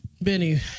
Benny